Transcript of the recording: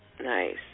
nice